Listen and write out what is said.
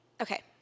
okay